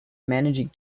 managing